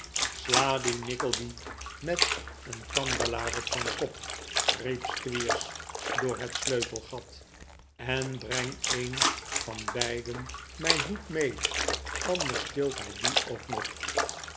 sla dien nickleby met een kandelaar op zijn kop riep squeers door het sleutelgat en breng een van beiden mijn hoed mee anders steelt hij dien ook nog